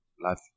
life